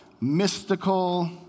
mystical